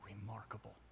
remarkable